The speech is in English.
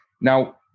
Now